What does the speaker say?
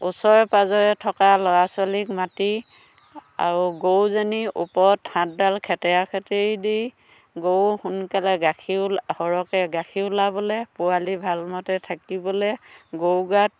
ওচৰে পাজৰে থকা ল'ৰা ছোৱালীক মাতি আৰু গৰুজনীৰ ওপৰত সাতডাল খেতেৰা খেতেৰী দি গৰু সোনকালে গাখীৰ ওল সৰহকে গাখীৰ ওলাবলে পোৱালি ভালমতে থাকিবলে গৰু গাত